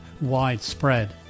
widespread